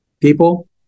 people